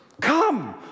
come